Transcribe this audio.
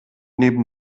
neben